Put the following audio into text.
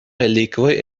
relikvoj